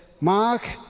mark